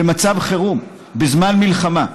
במצב חירום, בזמן מלחמה.